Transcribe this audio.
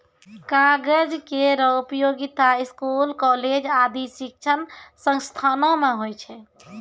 कागज केरो उपयोगिता स्कूल, कॉलेज आदि शिक्षण संस्थानों म होय छै